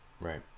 right